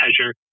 measure